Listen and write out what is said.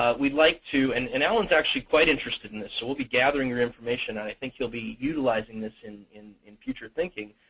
we'd like to and and alan's actually quite interested in this, so we'll be gathering your information. and i think he'll be utilizing this in in future thinking.